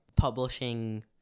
publishing